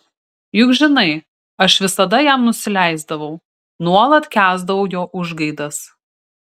juk žinai aš visada jam nusileisdavau nuolat kęsdavau jo užgaidas